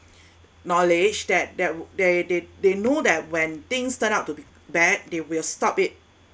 knowledge that that they they they know that when things turn out to be bad they will stop it